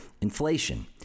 inflation